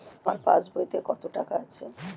আমার পাস বইতে কত টাকা আছে?